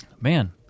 man